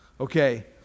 Okay